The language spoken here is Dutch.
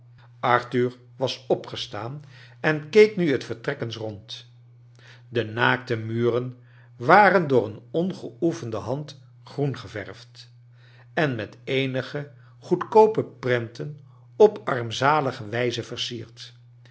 arthur was opgestaan en keek nu het vertrek eens rond i e naakte muren waren door een ongeoefende hand groen geverfd en met eenige goedkoope prenten op armzalige wijze versierd